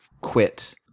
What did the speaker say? quit